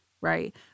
Right